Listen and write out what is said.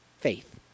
faith